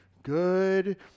Good